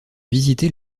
visiter